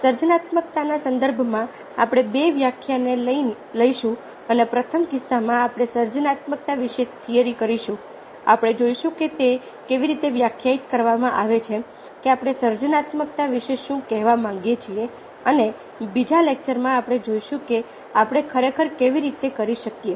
સર્જનાત્મકતાના સંદર્ભમાં આપણે 2 વ્યાખ્યાન લઈશું અને પ્રથમ કિસ્સામાં આપણે સર્જનાત્મકતા વિશે થિયરી કરીશું આપણે જોઈશું કે તે કેવી રીતે વ્યાખ્યાયિત કરવામાં આવે છે કે આપણે સર્જનાત્મકતા વિશે શું કહેવા માંગીએ છીએ અને બીજા લેક્ચરમાં આપણે જોઈશું કે આપણે ખરેખર કેવી રીતે કરી શકીએ